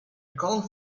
column